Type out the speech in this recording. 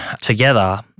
together